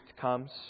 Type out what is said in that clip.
comes